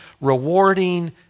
rewarding